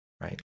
right